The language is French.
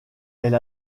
elle